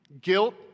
Guilt